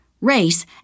race